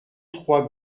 trois